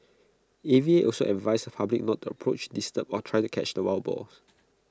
A V A also advised the public not to approach disturb or try to catch the wild boars